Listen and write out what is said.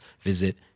visit